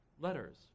letters